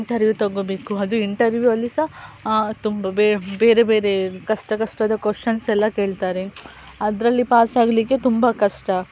interview ತಗೋಬೇಕು ಅದು interview ಅಲ್ಲಿ ಸಹ ತುಂಬ ಬೇ ಬೇರೆ ಬೇರೆ ಕಷ್ಟ ಕಷ್ಟದ ಕ್ವಶನ್ಸ್ ಎಲ್ಲ ಕೇಳ್ತಾರೆ ಅದರಲ್ಲಿ ಪಾಸ್ ಆಗಲಿಕ್ಕೆ ತುಂಬ ಕಷ್ಟ